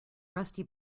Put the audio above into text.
rusty